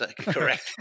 correct